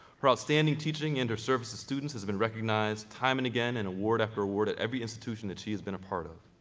her outstanding teaching and her service to students has been recognized time and again, and award after award, at every institution that she has been a part of.